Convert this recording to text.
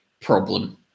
problem